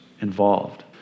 involved